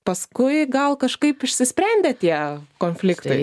paskui gal kažkaip išsisprendė tie konfliktai